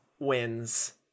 wins